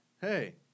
Hey